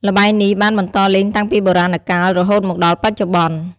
ល្បែងនេះបានបន្តលេងតាំងពីបុរាណកាល រហូតមកដល់បច្ចុប្បន្ន។